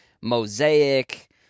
Mosaic